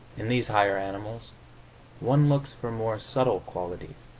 in these higher animals one looks for more subtle qualities,